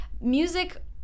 music